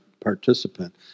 participant